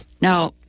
Now